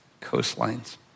Coastlines